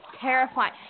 terrifying